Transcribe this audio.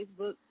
Facebook